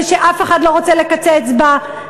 ושאף אחד לא רוצה לקצץ בה.